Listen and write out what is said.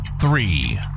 three